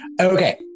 Okay